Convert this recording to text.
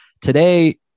Today